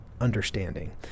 understanding